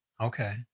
Okay